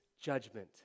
judgment